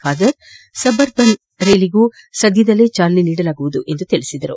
Khader suburban ರೈಲ್ವೆಗೂ ಸದ್ಯದಲ್ಲೇ ಚಾಲನೆ ನೀಡಲಾಗುವುದು ಎಂದರು